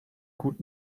gut